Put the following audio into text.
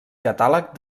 catàleg